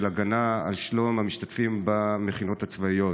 הגנה על שלום המשתתפים במכינות הצבאיות.